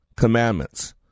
commandments